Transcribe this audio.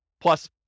plus